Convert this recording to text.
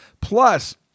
Plus